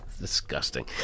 Disgusting